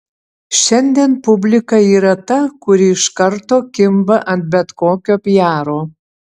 šiandien publika yra ta kuri iš karto kimba ant bet kokio piaro